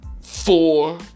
four